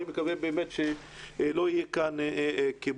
אני מקווה שלא יהיה כאן קיפוח.